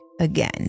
again